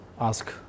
ask